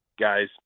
guys